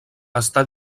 està